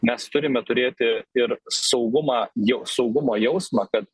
mes turime turėti ir saugumą jau saugumo jausmą kad